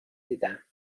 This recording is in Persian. دیدم